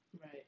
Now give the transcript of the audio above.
Right